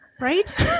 right